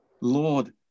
Lord